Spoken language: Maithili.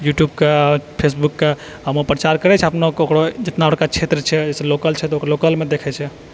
यूट्यूब के फेसबुक के आ ओ प्रचार करै छै अपना केकरो जितना बड़का क्षेत्र छै जेना लोकल क्षेत्र ओऽ लोकल मे देखै छै